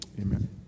amen